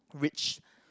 rich